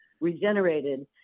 regenerated